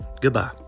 Goodbye